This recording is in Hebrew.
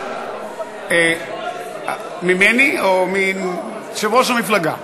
הבנו, רק 20%. ממני או, מיושב-ראש המפלגה.